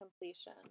completion